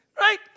Right